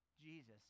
Jesus